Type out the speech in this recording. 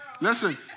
Listen